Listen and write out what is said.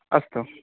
अस्तु